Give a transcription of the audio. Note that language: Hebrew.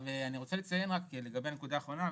אני רוצה לציין לגבי הנקודה האחרונה,